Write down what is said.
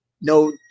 no